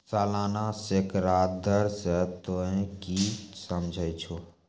सलाना सैकड़ा दर से तोंय की समझै छौं